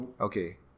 Okay